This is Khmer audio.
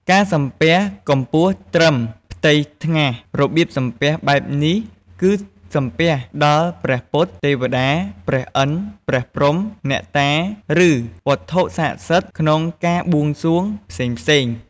ការសំពះកម្ពស់ត្រឹមផ្ទៃថ្ងាស របៀបសំពះបែបនេះ គឺសំពះដល់ព្រះពុទ្ធ ទេវតា ព្រះឥន្ទ ព្រះព្រហ្ម អ្នកតា ឬ វត្ថុស័ក្តសិទ្ធិក្នុងការបួងសួងផ្សេងៗ។